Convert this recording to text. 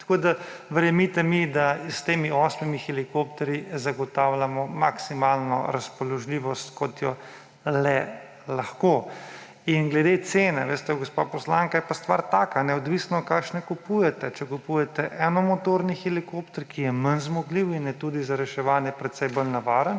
Tako mi verjemite, da s temi osmimi helikopterji zagotavljajo maksimalno razpoložljivost, kot jo le lahko. Glede cen, a veste gospa poslanka, je pa stvar taka, odvisno kakšne kupujete; če kupujete enomotorni helikopter, ki je manj zmogljiv in je tudi za reševanje precej bolj nevaren.